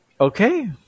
Okay